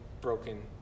broken